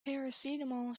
paracetamol